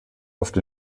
oft